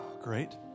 Great